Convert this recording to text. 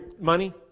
money